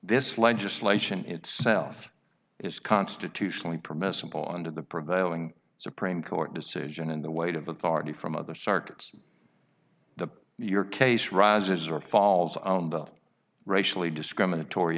this legislation itself is constitutionally permissible under the prevailing supreme court decision and the weight of authority from other circuits the your case rises or falls on both racially discriminatory